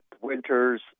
winters